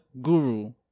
guru